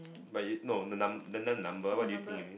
but you no the num~ the the number what do you think of it